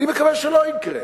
אני מקווה שלא יקרה.